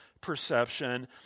perception